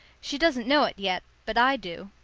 she doesn't know it yet but i do.